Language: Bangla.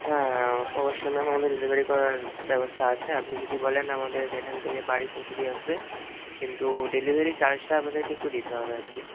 হ্যাঁ অবশ্যই ম্যাম আমাদের ডেলিভারি করার ব্যবস্থা আছে আপনি যদি বলেন আমাদের এখান থেকে বাড়ি পৌঁছে দিয়ে আসবে কিন্তু ডেলিভারি চার্জটা আপনাদেরকে একটু দিতে হবে আর কি